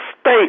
state